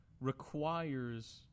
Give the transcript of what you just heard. requires